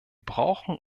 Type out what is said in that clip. brauchen